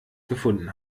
gefunden